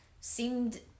seemed